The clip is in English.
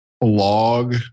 log